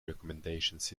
recommendations